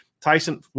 Tyson